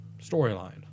storyline